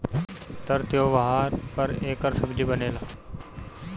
तर त्योव्हार पर एकर सब्जी बनेला